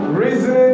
reason